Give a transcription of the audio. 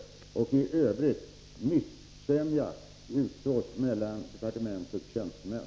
Dessutom utsås missämja mellan departementets tjänstemän.